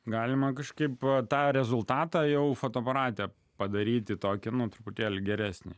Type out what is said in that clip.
galima kažkaip tą rezultatą jau fotoaparate padaryti tokią nuo truputėlį geresnė